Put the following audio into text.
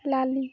লাালি